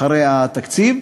אחרי התקציב.